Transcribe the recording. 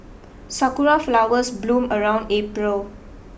sakura flowers bloom around April